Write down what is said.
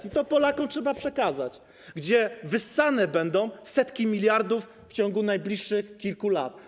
I to Polakom trzeba przekazać, to, gdzie wyssane będą setki miliardów w ciągu najbliższych kilku lat.